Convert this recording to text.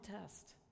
test